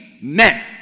men